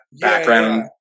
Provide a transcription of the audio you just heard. background